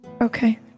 Okay